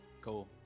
Cool